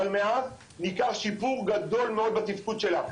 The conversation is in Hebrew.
אבל מאז ניכר שיפור גדול מאוד בתפקוד שלה.